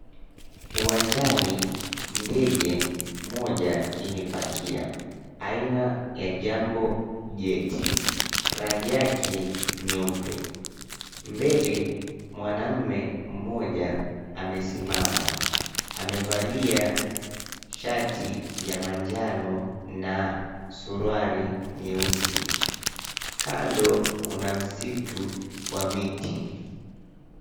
Uwanjani ndege moja imepakia aina ya jambo jet, rangi yake nyeupe. Mbele mwanamume mmoja amesimama, amevalia shati la manjano na suruali nyeusi, kando kuna msitu wa miti.